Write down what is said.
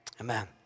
Amen